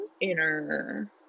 inner